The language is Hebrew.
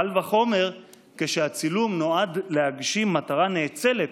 קל וחומר כשהצילום נועד להגשים מטרה נאצלת,